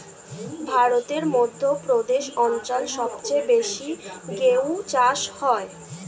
ভারতের মধ্য প্রদেশ অঞ্চল সবচেয়ে বেশি গেহু চাষ হয়